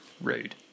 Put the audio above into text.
Rude